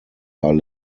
are